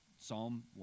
Psalm